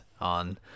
on